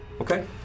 Okay